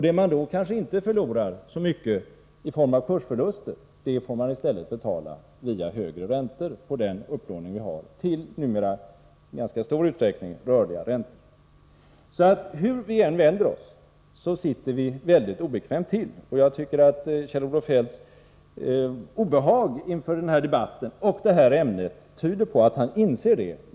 Det man då kanske inte förlorar så mycket i form av kursförluster får man i stället betala via högre räntor på den upplåning vi har, numera i ganska stor utsträckning till rörliga räntor. Hur vi än vänder oss sitter vi mycket obekvämt till. Jag tycker att Kjell-Olof Feldts obehag inför den här debatten och det här ämnet tyder på att han inser detta.